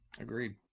Agreed